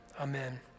amen